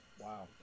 Wow